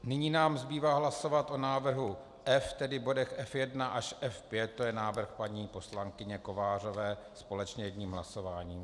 Nyní nám zbývá hlasovat o návrhu F, tedy bodech F1 až F5, to je návrh paní poslankyně Kovářové, společně, jedním hlasováním.